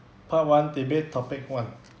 part one debate topic one